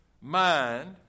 mind